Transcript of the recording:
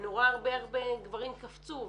ואני רואה הרבה הרבה גברים קפצו,